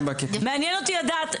מעניין אותי לדעת,